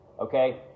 okay